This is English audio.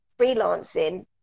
freelancing